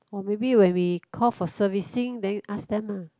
or maybe when we call for servicing then you ask them ah